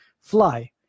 Fly